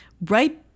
Right